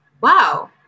wow